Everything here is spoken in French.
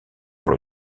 pour